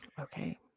Okay